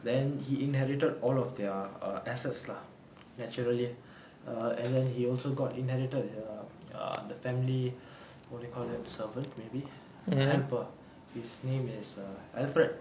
then he inherited all of their um assets lah naturally err and then he also got inherited the err the family what do you call that servant maybe err helper his name is err alfred